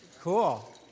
cool